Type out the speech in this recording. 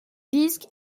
disque